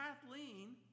Kathleen